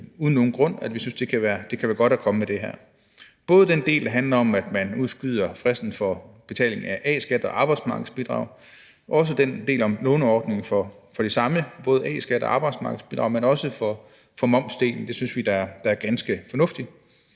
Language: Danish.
uden nogen grund, og vi synes, det kan være godt at komme med det her. Det gælder både den del, der handler om, at man udskyder fristen for betaling af A-skat og arbejdsmarkedsbidrag, men også den del, der handler om låneordningen i forhold til det samme, altså både af A-skat og arbejdsmarkedsbidrag, men også i forhold til momsdelen. Det synes vi er ganske fornuftigt.